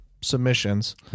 submissions